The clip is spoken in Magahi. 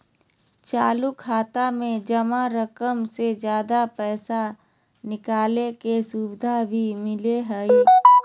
चालू खाता में जमा रकम से ज्यादा पैसा निकालय के सुविधा भी मिलय हइ